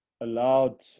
allowed